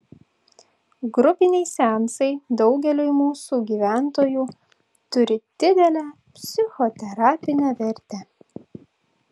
grupiniai seansai daugeliui mūsų gyventojų turi didelę psichoterapinę vertę